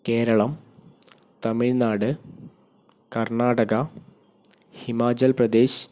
Keralam Tamil Nadu Karnataka Himachal Pradesh